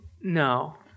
No